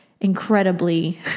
incredibly